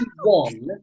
one